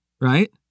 right